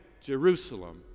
Jerusalem